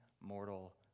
mortal